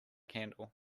candle